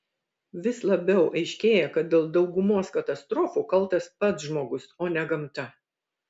vis labiau aiškėja kad dėl daugumos katastrofų kaltas pats žmogus o ne gamta